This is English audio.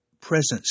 presence